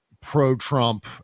pro-Trump